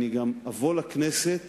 אני גם אבוא לכנסת